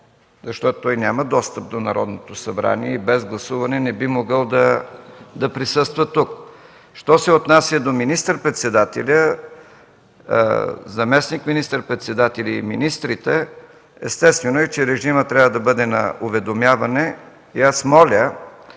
защото той няма достъп до Народното събрание и без гласуване не би могъл да присъства тук. Що се отнася до министър-председателя, заместник министър-председателя и министрите, естествено е, че режимът трябва да бъде на уведомяване. И аз моля